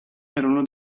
erano